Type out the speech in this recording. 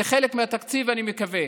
זה חלק מהתקציב, אני מקווה,